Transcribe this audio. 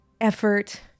effort